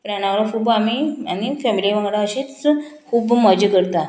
फ्रेंडां वांगडा खूब आमी आनी फॅमिली वांगडा अशेंच खूब मजा करता